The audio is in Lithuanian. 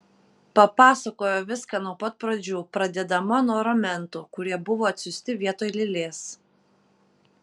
papasakojo viską nuo pat pradžių pradėdama nuo ramentų kurie buvo atsiųsti vietoj lėlės